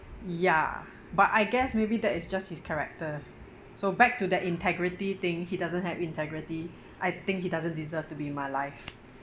ya but I guess maybe that is just his character so back to that integrity thing he doesn't have integrity I think he doesn't deserve to be in my life